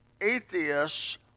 atheists